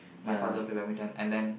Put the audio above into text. my father will play badminton and then